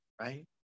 right